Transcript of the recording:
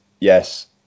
yes